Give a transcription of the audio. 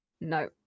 No